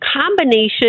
combination